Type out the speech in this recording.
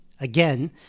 again